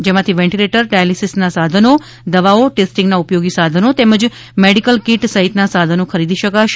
જેમાંથી ventilator dialysis માટેના સાધનો દવાઓ ટેસ્ટિંગના ઉપયોગી સાધનો તેમજ મેડિકલ કીટ સહિતના સાધનો ખરીદી શકાશે